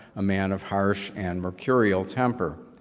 a man of harsh and mercurial temper.